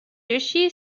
duchy